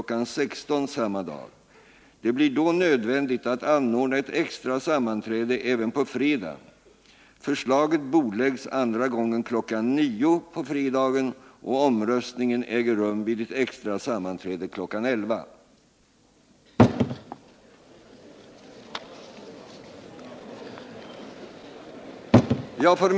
16.00 samma dag. Det blir då nödvändigt att anordna ett extra sammanträde även på fredagen. Förslaget bordläggs andra gången kl. 09.00 på fredagen, och omröstningen äger rum vid ett extra sammanträde kl.